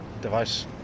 device